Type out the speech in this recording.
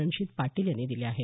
रणजित पाटील यांनी दिल्या आहेत